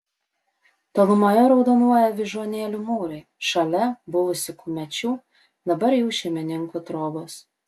tolumoje raudonuoja vyžuonėlių mūrai šalia buvusių kumečių dabar jau šeimininkų trobos